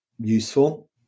useful